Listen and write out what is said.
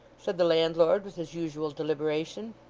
said the landlord, with his usual deliberation.